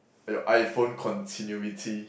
your iPhone continuity